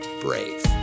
brave